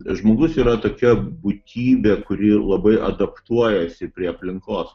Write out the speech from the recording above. žmogus yra tokia būtybė kuri labai adaptuojasi prie aplinkos